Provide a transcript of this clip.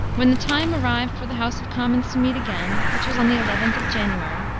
when the time arrived for the house of commons to meet again, which was on the eleventh of january,